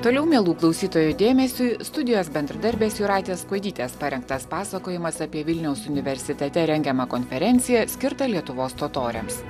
toliau mielų klausytojų dėmesiui studijos bendradarbės jūratės kuodytės parengtas pasakojimas apie vilniaus universitete rengiamą konferenciją skirtą lietuvos totoriams